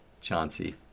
Chauncey